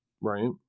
Right